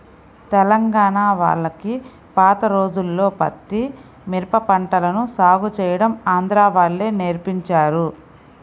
తెలంగాణా వాళ్లకి పాత రోజుల్లో పత్తి, మిరప పంటలను సాగు చేయడం ఆంధ్రా వాళ్ళే నేర్పించారు